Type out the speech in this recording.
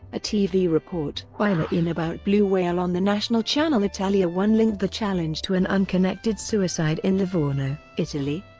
a tv report by le iene about blue whale on the national channel italia one linked the challenge to an unconnected suicide in livorno, italy.